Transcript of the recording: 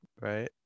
right